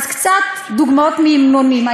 אז קצת דוגמאות מהמנונים.